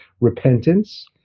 repentance